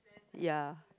ya